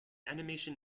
animation